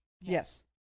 Yes